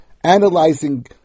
analyzing